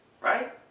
right